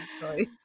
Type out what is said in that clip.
choice